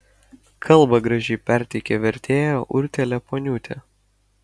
kalbą gražiai perteikė vertėja urtė liepuoniūtė